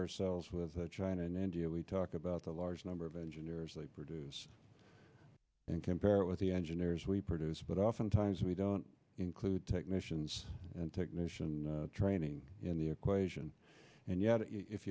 ourselves with china and india we about the large number of engineers they produce and compare it with the engineers we produce but oftentimes we don't include technicians and technician training in the equation and yet if you